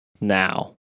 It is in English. now